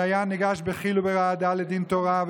הדיין ניגש בחיל וברעדה לדין תורה,